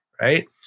right